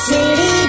City